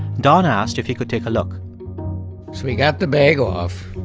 don asked if he could take a look so he got the bag off,